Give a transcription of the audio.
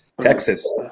texas